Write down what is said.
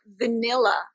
vanilla